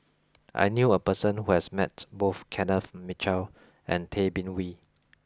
I knew a person who has met both Kenneth Mitchell and Tay Bin Wee